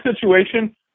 situation